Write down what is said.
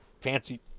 fancy